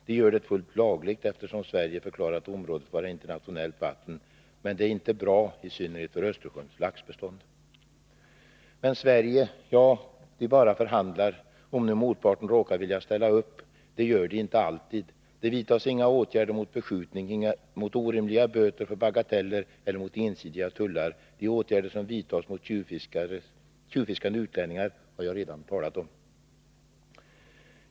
De gör det fullt lagligt, eftersom Sverige har förklarat området vara internationellt vatten. Men det är inte bra, i synnerhet inte för Östersjöns laxbestånd. Men Sverige, ja, Sverige bara förhandlar — om nu motparten råkar vilja ställa upp. Det gör den inte alltid. Det vidtas inga åtgärder mot beskjutning, mot orimliga böter för bagateller eller mot ensidiga tullar. De åtgärder som vidtas mot tjuvfiskande utlänningar har jag redan talat om.